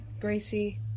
Gracie